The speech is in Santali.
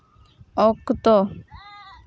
ᱚᱠᱛᱚ